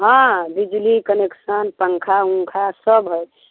हँ बिजली कनेक्शन पङ्खा वङ्खा सभ अछि